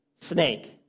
snake